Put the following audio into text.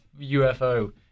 UFO